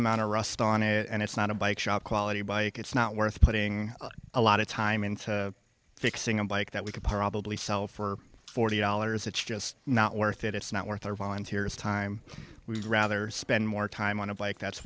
amount of rust on it and it's not a bike shop quality bike it's not worth putting a lot of time into fixing a bike that we could probably sell for forty dollars it's just not worth it it's not worth our volunteers time we'd rather spend more time on of like that's